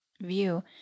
view